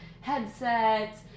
headsets